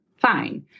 fine